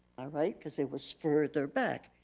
ah right, cause it was further back.